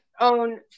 own